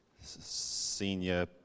senior